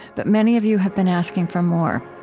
but many of you have been asking for more.